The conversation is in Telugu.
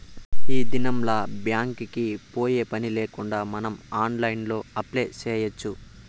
ఈ దినంల్ల బ్యాంక్ కి పోయే పనిలేకుండా మనం ఆన్లైన్లో అప్లై చేయచ్చు